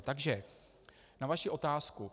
Takže na vaši otázku.